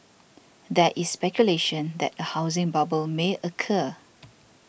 there is speculation that a housing bubble may occur